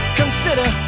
consider